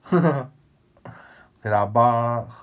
okay lah bar